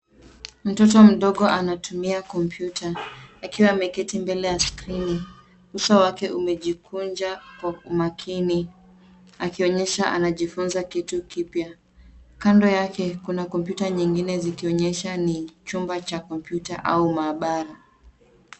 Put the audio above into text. Mtoto mdogo anatumia kompyuta, akiwa ameketi mbele ya skrini. Uso wake umejikunja kwa umakini, akionyesha anajifunza kitu kipya. Kando yake kuna kompyuta nyingine zikionyesha ni chumba cha kompyuta au maabara.